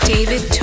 David